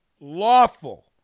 lawful